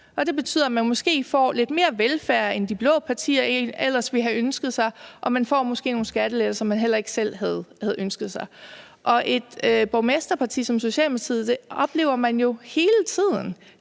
Det betyder, at man måske får lidt mere velfærd, end de blå partier ellers ville have ønsket sig, og at man måske får nogle skattelettelser, man ikke selv havde ønsket sig. I et borgmesterparti som Socialdemokratiet oplever man det jo hele tiden.